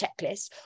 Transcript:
checklist